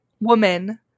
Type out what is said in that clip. woman